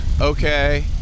okay